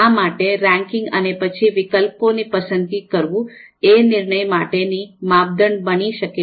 આ માટે રેન્કિંગ અને પછી વિકલ્પોની પસંદગી કરવું એ નિર્ણય માટે નો માપદંડ બને છે